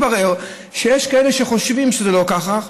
התברר שיש כאלה שחושבים שזה לא ככה,